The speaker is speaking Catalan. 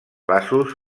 vasos